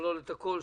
שיכלול את הכול.